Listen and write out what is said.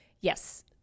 Yes